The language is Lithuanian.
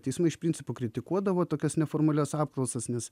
teismai iš principo kritikuodavo tokias neformalias apklausas nes